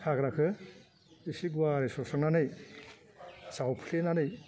हाग्राखौ एसे गुवारै सस्रांनानै जावफ्लेनानै